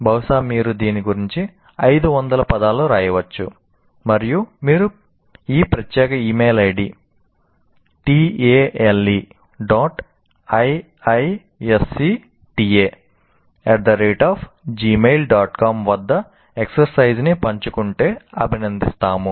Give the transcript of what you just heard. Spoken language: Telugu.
బహుశా మీరు దీని గురించి 500 పదాలు వ్రాయవచ్చు మరియు మీరు ఈ ప్రత్యేక ఇమెయిల్ ID వద్ద ఎక్సర్సైజ్ న్ని పంచుకుంటే అభినందిస్తాము